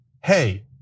hey